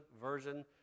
version